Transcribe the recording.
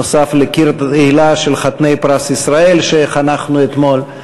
נוסף על קיר התהילה של חתני פרס ישראל שחנכנו אתמול.